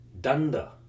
Danda